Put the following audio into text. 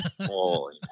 Holy